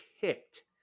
kicked